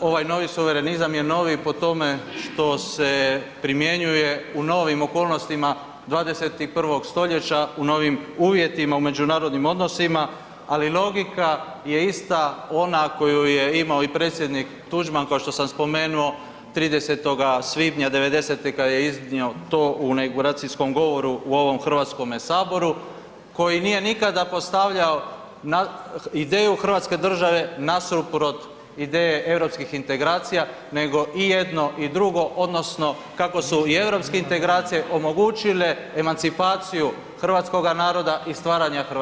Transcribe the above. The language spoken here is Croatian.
ovaj novi suverenizam je novi po tome što se primjenjuje u novim okolnostima 21. stoljeća u novim uvjetima u međunarodnim odnosima, ali logika je ista onu koju je imao i predsjednik Tuđman kao što sam spomenuo 30. svibnja '90. kada je iznio to u inauguracijskom govoru u ovom Hrvatskome saboru, koji nikada nije postavljao ideju Hrvatske države nasuprot ideja europskih integracija nego i jedno i drugo odnosno kako su i europske integracije omogućile emancipaciju hrvatskoga naroda i stvaranja Hrvatske države.